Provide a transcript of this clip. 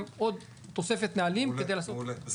עוד תוספת נהלים כדי לעשות --- מעולה,